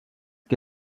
que